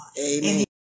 amen